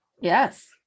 Yes